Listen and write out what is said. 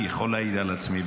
אני יכול להעיד על עצמי,